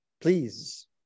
Please